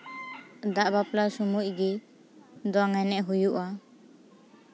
ᱫᱟᱜ ᱵᱟᱯᱞᱟ ᱥᱚᱢᱚᱭ ᱜᱮ ᱫᱚᱝ ᱮᱱᱮᱡ ᱦᱩᱭᱩᱜᱼᱟ